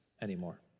anymore